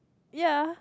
ya